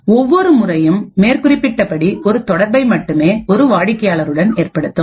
ஒவ்வொரு முறையும் மேற்குறிப்பிட்ட படி ஒரு தொடர்பை மட்டுமே ஒரு வாடிக்கையாளருடன் ஏற்படுத்தும்